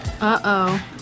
Uh-oh